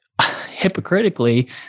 hypocritically